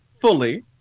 fully